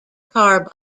car